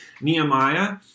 Nehemiah